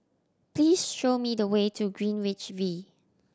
please show me the way to Greenwich V